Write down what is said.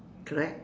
correct